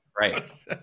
Right